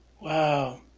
Wow